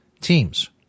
teams